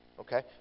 Okay